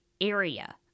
area